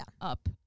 up